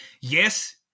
Yes